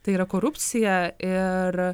tai yra korupcija ir